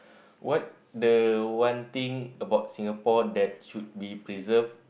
what the one thing about Singapore that should be preserved